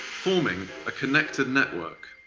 forming a connected network.